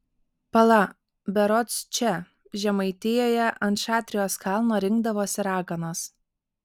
pala berods čia žemaitijoje ant šatrijos kalno rinkdavosi raganos